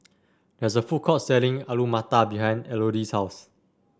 there is a food court selling Alu Matar behind Elodie's house